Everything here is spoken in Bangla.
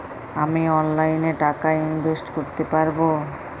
আমি অনলাইনে টাকা ইনভেস্ট করতে পারবো?